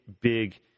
big